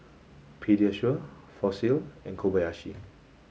Pediasure Fossil and Kobayashi